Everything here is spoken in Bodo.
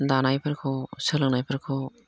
दानायफोरखौ सोलोंनायफोरखौ